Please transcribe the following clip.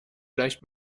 leicht